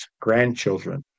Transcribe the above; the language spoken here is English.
grandchildren